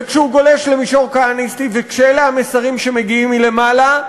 וכשהוא גולש למישור כהניסטי וכשאלה המסרים שמגיעים מלמעלה,